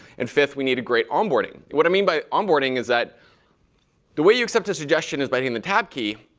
and fifth, we needed great onboarding. what i mean by onboarding is that the way you accept a suggestion is by hitting and the tab key.